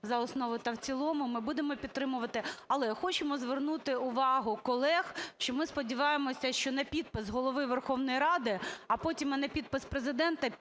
за основу та в цілому, ми будемо підтримувати. Але хочемо звернути увагу колег, що, ми сподіваємося, що на підпис Голови Верховної Ради, а потім на підпис Президента